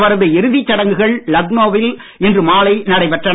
அவரது இறுதி சடங்குகள் லக்னோவில் இன்று மாலை நடைபெற்றன